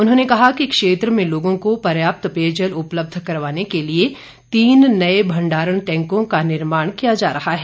उन्होंने कहा कि क्षेत्र में लोगों को पर्याप्त पेयजल उपलब्ध करवाने के लिए तीन नए भंडारण टैंकों का निर्माण किया जा रहा है